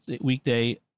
weekday